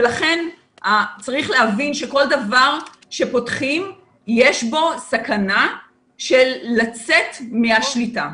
ולכן צריך להבין שכל דבר שפותחים יש בו סכנה של לצאת מהשליטה.